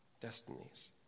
destinies